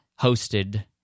hosted